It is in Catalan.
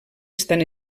estan